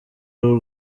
rw’u